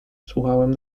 słuchałem